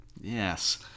yes